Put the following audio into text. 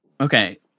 Okay